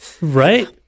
Right